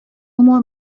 more